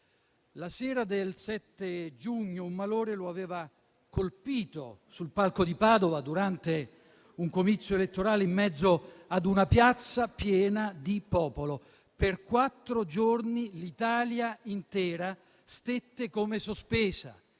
La sera del 7 giugno un malore lo aveva colpito sul palco di Padova, durante un comizio elettorale, in mezzo ad una piazza piena di popolo. Per quattro giorni l'Italia intera stette come sospesa,